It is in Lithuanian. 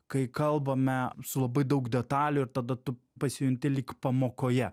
kai kalbame su labai daug detalių ir tada tu pasijunti lyg pamokoje